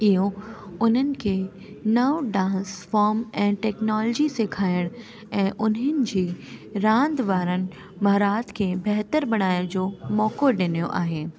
इहो उन्हनि खे नओं डांस फोम ऐं टेक्नोलॉजी सेखारण ऐं उन्हनि जी रांदि वारनि महारात खे बहितर बणाइण जो मौक़ो ॾिनियो आहे